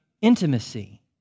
intimacy